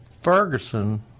Ferguson